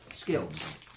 Skills